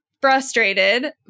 frustrated